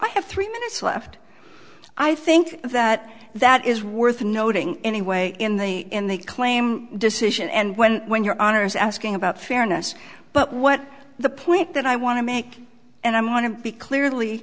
i have three minutes left i think that that is worth noting anyway in the in the claim decision and when when your honor is asking about fairness but what the point that i want to make and i want to be clearly